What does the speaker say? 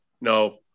no